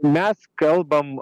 mes kalbam